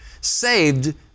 Saved